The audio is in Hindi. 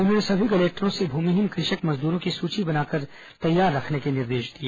उन्होंने सभी कलेक्टरों से भूमिहीन कृ धक मजदूरों की सूची बनाकर तैयार रखने के निर्देश दिए